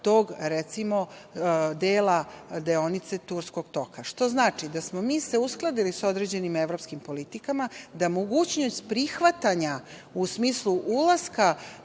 tog, recimo, dela deonice Turskog toka. Što znači da smo se mi uskladili sa određenim evropskim politikama, da mogućnost prihvatanja u smislu ulaska